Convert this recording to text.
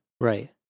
right